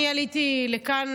אני עליתי לכאן,